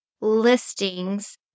listings